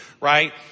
right